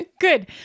Good